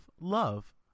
love